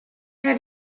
had